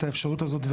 את האפשרות הזאת,